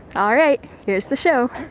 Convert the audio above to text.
all right. here's the show